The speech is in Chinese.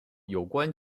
有关